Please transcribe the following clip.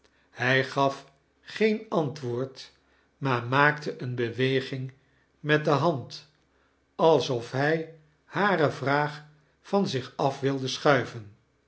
hij gaf geen antwoord maar maakte eene beweging met de hand alsof hij hare vraag van zich af wild schuiven